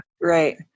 Right